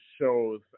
shows